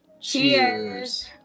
Cheers